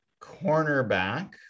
Cornerback